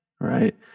right